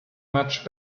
much